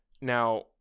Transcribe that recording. Now